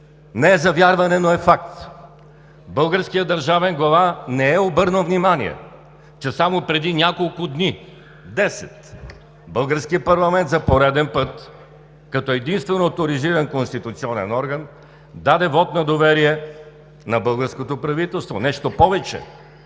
Не е за вярване, но е факт! Българският държавен глава не е обърнал внимание, че само преди няколко дни – 10, българският парламент за пореден път като единствен оторизиран конституционен орган даде вот на доверие на българското правителство. Нещо повече,